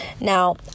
Now